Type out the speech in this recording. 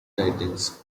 writings